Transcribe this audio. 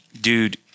dude